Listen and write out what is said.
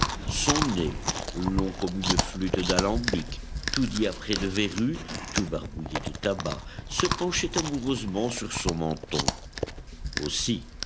son nez long comme une flûte d'alambic tout diapré de verrues tout barbouillé de tabac se penchait amoureusement sur son menton aussi